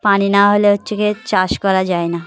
পানি না হলে হচ্ছে চাষ করা যায় না